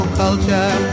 culture